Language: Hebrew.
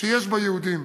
שיש בה יהודים,